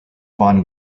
van